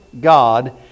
God